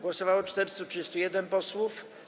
Głosowało 431 posłów.